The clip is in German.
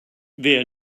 wer